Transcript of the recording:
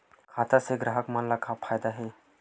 खाता से ग्राहक मन ला का फ़ायदा हे?